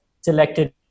selected